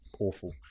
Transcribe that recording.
awful